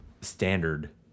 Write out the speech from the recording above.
standard